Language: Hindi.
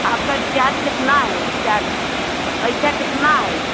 आपका रिचार्ज कितना है चार्ज पैसा कितना है